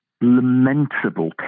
lamentable